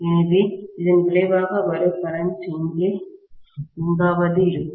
எனவே இதன் விளைவாக வரும் கரண்ட் இங்கே எங்காவது இருக்கும்